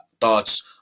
Thoughts